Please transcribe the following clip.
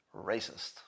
racist